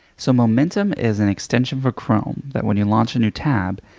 so momentum is an extension for chrome that when you launch a new tab,